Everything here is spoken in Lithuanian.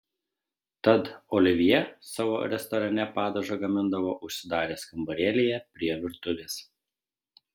tad olivjė savo restorane padažą gamindavo užsidaręs kambarėlyje prie virtuvės